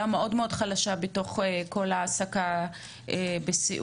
המאוד-מאוד חלשה בתוך כל העסקה בסיעוד,